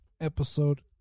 episode